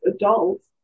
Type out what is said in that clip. adults